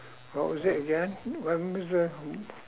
what was it again when was a